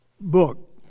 book